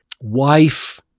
wife